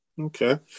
Okay